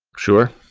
sure.